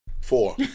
Four